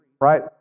right